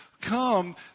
come